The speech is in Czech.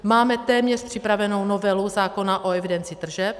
Máme téměř připravenu novelu zákona o evidenci tržeb.